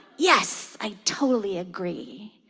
yes, i totally agree.